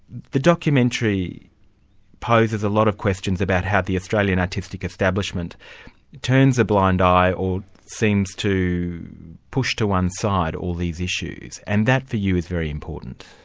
the documentary poses a lot of questions about how the australian artistic establishment turns a blind eye, or seems to push to one side, all these issues, and that for you is very important.